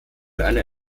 einer